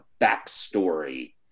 backstory